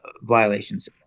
violations